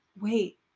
wait